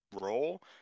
role